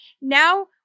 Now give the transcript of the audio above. now